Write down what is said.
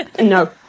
no